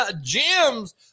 gems